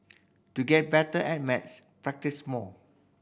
to get better at maths practise more